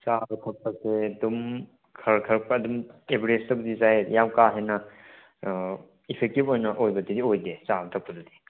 ꯆꯥꯕ ꯈꯣꯠꯄꯁꯦ ꯑꯗꯨꯝ ꯈꯔ ꯈꯔ ꯑꯗꯨꯝ ꯑꯦꯕꯔꯦꯁꯇꯕꯨꯗꯤ ꯆꯥꯏ ꯌꯥꯝ ꯀꯥ ꯍꯦꯟꯅ ꯏꯐꯦꯛꯇꯤꯚ ꯑꯣꯏꯅ ꯑꯣꯏꯕꯗꯨꯗꯤ ꯑꯣꯏꯗꯦ ꯆꯥꯕ ꯊꯛꯄꯗꯗꯤ